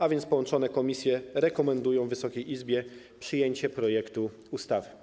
A zatem połączone komisje rekomendują Wysokiej Izbie przyjęcie projektu ustawy.